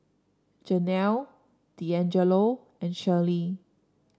Janelle Deangelo and Sherrie